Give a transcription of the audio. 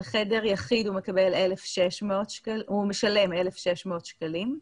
על חדר יחיד הוא משלם 1,600 שקלים.